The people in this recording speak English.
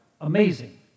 amazing